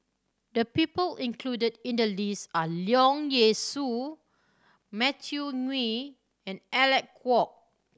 the people included in the list are Leong Yee Soo Matthew Ngui and Alec Kuok